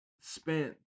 spent